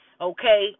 okay